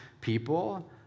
people